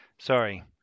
Sorry